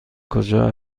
کجا